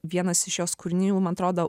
vienas iš jos kūrinių man atrodo